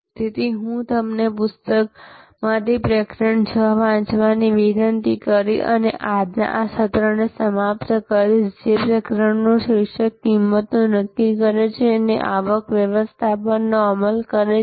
તેથી હું તમને પુસ્તકમાંથી પ્રકરણ નંબર 6 વાંચવાની વિનંતી કરીને આજના સત્રને સમાપ્ત કરીશ જે પ્રકરણનું શીર્ષક કિંમતો નક્કી કરે છે અને આવક વ્યવસ્થાપનનો અમલ કરે છે